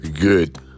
Good